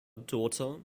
daughter